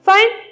Fine